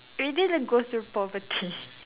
we didn't go through poverty